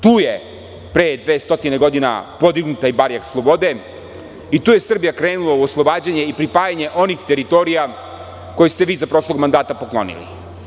Tu je pre dve stotine godina podignuti barjak slobode i tu je Srbija krenula u oslobađanje i pripajanje onih teritorija koje ste vi za prošlog mandata poklonili.